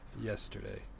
yesterday